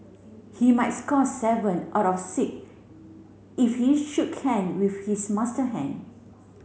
he might score seven out of six if he shook hand with his master hand